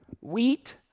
wheat